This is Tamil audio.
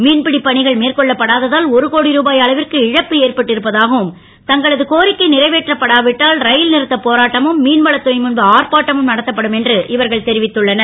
மீன்பிடி பணிகள் மேற்கொள்ளப்படாததால் ஒரு கோடி ருபா அளவிற்கு இழப்பு ஏற்பட்டு இருப்பதாகவும் தங்களது கோரிக்கை றைவேற்றப்படா விட்டால் ர ல் றுத்தப் போராட்டமும் மீன்வளத் துறை முன்பு ஆர்ப்பாட்டமும் நடத்தப்படும் என்று இவர்கள் தெரிவித்துள்ளனர்